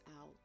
out